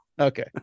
Okay